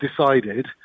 decided